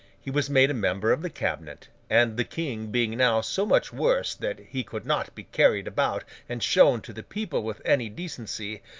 he was made a member of the cabinet, and the king being now so much worse that he could not be carried about and shown to the people with any decency,